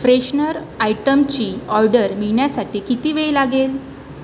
freshener आयटमची order मिळण्यासाठी किती वेळ लागेल